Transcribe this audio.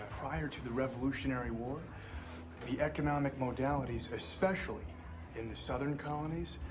prior to the revolutionary war the economic modalities, especially in the southern colonies,